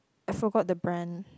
I forgot the brand